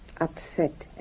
Upset